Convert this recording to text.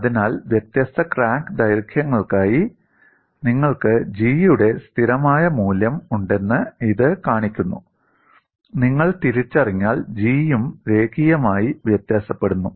അതിനാൽ വ്യത്യസ്ത ക്രാക്ക് ദൈർഘ്യങ്ങൾക്കായി നിങ്ങൾക്ക് G യുടെ സ്ഥിരമായ മൂല്യം ഉണ്ടെന്ന് ഇത് കാണിക്കുന്നു നിങ്ങൾ തിരിച്ചറിഞ്ഞാൽ G യും രേഖീയമായി വ്യത്യാസപ്പെടുന്നു